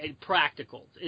practical